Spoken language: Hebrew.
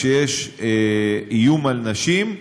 כשיש איום על נשים,